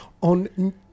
on